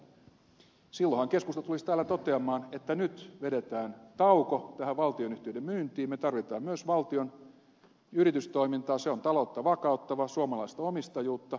silloinhan keskusta tulisi täällä toteamaan että nyt vedetään tauko tähän valtionyhtiöiden myyntiin me tarvitsemme myös valtion yritystoimintaa se on taloutta vakauttavaa suomalaista omistajuutta